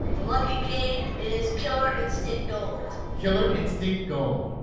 the lucky game is killer instinct gold killer instinct gold,